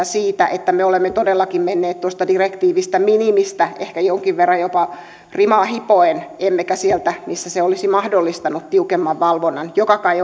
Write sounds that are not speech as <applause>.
<unintelligible> siitä että me olemme todellakin menneet tuosta direktiivin minimistä ehkä jonkin verran jopa rimaa hipoen emmekä sieltä missä se olisi mahdollistanut tiukemman valvonnan joka kai <unintelligible>